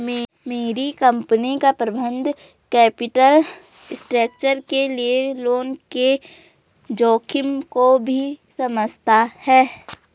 मेरी कंपनी का प्रबंधन कैपिटल स्ट्रक्चर के लिए लोन के जोखिम को भी समझता है